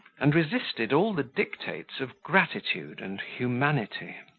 and resisted all the dictates of gratitude and humanity.